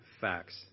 facts